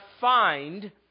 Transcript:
find